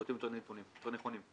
אתם